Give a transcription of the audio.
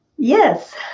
yes